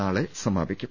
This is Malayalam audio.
നാളെ സമാപിക്കും